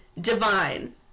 Divine